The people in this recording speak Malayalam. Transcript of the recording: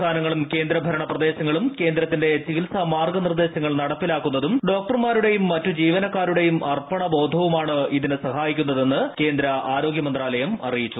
സംസ്ഥാനങ്ങളും കേന്ദ്രഭരണ പ്രദേശങ്ങളും കേന്ദ്രത്തിന്റെ ചികിൽസാ മാർഗ നിർദേശങ്ങൾ നടപ്പിലാക്കുന്നതും ഡോക്ടർമാരുടെയും മറ്റു ജീവനക്കാരുടെയും അർപ്പണ ബോധവുമാണ് ഇതിന് സഹായിക്കുന്നതെന്ന് കേന്ദ്ര ആരോഗ്യ മന്ത്രാലയം അറിയിച്ചു